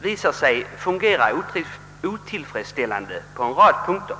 visat sig fungera otillfredsställande på en rad punkter.